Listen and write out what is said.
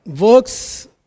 works